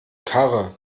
karre